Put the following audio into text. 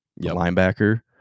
linebacker